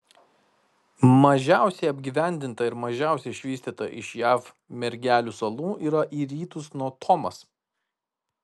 mažiausiai apgyvendinta ir mažiausiai išvystyta iš jav mergelių salų yra į rytus nuo thomas